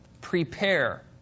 prepare